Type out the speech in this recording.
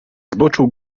zboczu